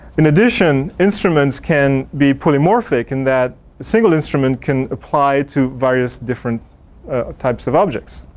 in addition, instruments can be polymorphic in that, a single instrument can apply to various different ah types of objects.